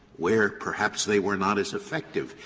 where perhaps they were not as effective,